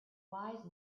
wise